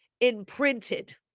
imprinted